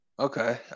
Okay